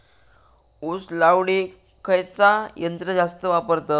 ऊस लावडीक खयचा यंत्र जास्त वापरतत?